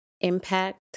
impact